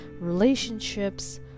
Relationships